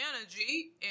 energy